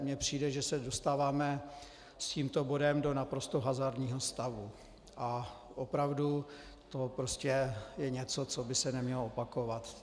Mně přijde, že se dostáváme s tímto bodem do naprosto hazardního stavu, a opravdu to prostě je něco, co by se nemělo opakovat.